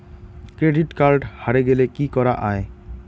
Credit card হারে গেলে কি করা য়ায়?